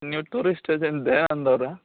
ನೀವು tourist agent Dayanand ಅವರಾ